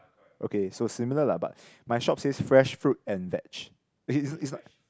okay so similar lah but my shop says fresh food and vegs is is is not